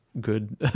good